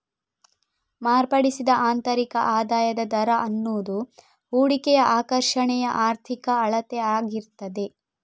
ಮಾರ್ಪಡಿಸಿದ ಆಂತರಿಕ ಆದಾಯದ ದರ ಅನ್ನುದು ಹೂಡಿಕೆಯ ಆಕರ್ಷಣೆಯ ಆರ್ಥಿಕ ಅಳತೆ ಆಗಿರ್ತದೆ